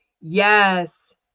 Yes